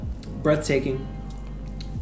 Breathtaking